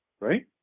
Right